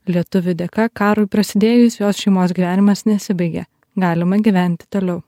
lietuvių dėka karui prasidėjus jos šeimos gyvenimas nesibaigė galima gyventi toliau